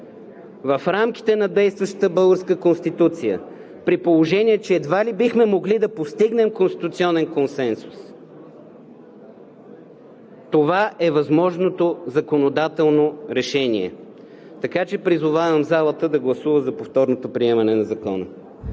В рамките на действащата българска Конституция, при положение че едва ли бихме могли да постигнем конституционен консенсус, това е възможното законодателно решение. Призовавам залата да гласува за повторното приемане на Закона.